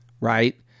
Right